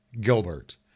gilbert